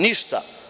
Ništa.